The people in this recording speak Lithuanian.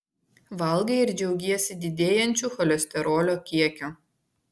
valgai ir džiaugiesi didėjančiu cholesterolio kiekiu